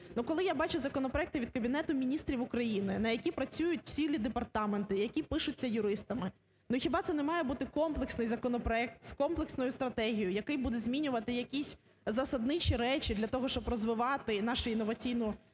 коли я бачу законопроекти від Кабінету Міністрів України, на які працюють цілі департаменти, які пишуться юристами, ну хіба це не має бути комплексний законопроект з комплексною стратегією, який буде змінювати якісь засадничі речі для того, щоб розвивати наші інновації в державі